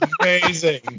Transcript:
amazing